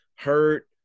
hurt